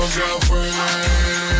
girlfriend